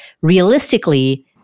realistically